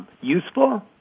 useful